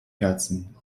herzen